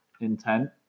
intent